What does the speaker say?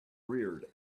reared